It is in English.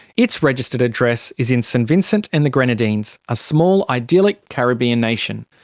its registered address is in st vincent and the grenadines, a small idyllic caribbean nation.